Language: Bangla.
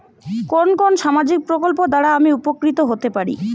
কোন কোন সামাজিক প্রকল্প দ্বারা আমি উপকৃত হতে পারি?